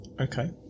Okay